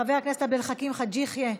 חבר הכנסת עבד אל חכים חאג' יחיא,